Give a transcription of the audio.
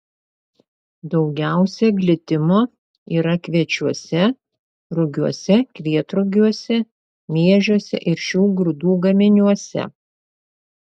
daugiausiai glitimo yra kviečiuose rugiuose kvietrugiuose miežiuose ir šių grūdų gaminiuose